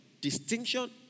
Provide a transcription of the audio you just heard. Distinction